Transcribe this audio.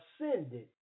ascended